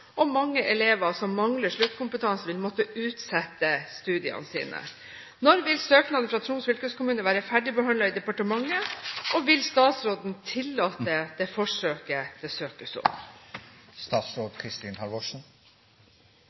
og elever som mangler sluttkompetanse, vil måtte utsette studier. Når vil søknaden fra Troms fylkeskommune være ferdigbehandlet i departementet, og vil statsråden tillate forsøket det søkes